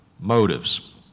motives